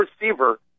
receiver